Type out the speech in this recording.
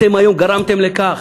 אתם היום גרמתם לכך,